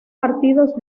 partidos